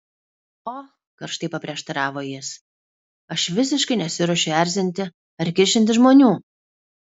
o karštai paprieštaravo jis aš visiškai nesiruošiu erzinti ar kiršinti žmonių